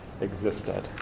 existed